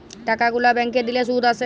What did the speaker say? টাকা গুলা ব্যাংকে দিলে শুধ আসে